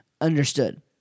understood